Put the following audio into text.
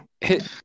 hit